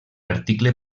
article